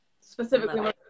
Specifically